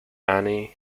annie